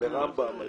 ברמב"ם במאיר.